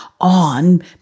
on